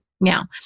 now